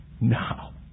now